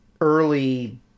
early